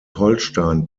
holstein